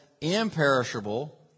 imperishable